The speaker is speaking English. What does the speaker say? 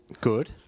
Good